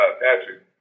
Patrick